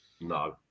no